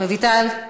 רויטל.